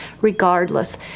regardless